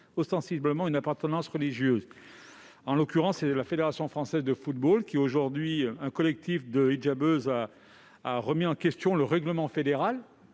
ostensiblement une appartenance religieuse. En l'occurrence, c'est de la Fédération française de football qu'il s'agit, un collectif de « hidjabeuses » ayant remis en question le règlement fédéral,